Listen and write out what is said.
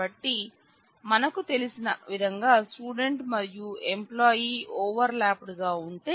కాబట్టి మనకు తెలిసిన విధంగా స్టూడెంట్ మరియు ఎంప్లాయి ఓవర్ లాప్ డ్ గా ఉంటే